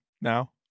now